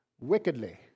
wickedly